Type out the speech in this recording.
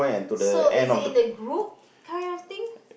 so is it in a group kind of thing